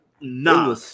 No